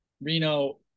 Reno